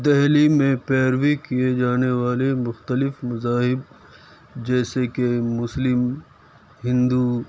دہلی میں پیروی کیے جانے والے مختلف مذاہب جیسے کہ مسلم ہندو